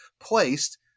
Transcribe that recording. placed